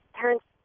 parents